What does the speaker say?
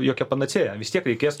jokia panacėja vis tiek reikės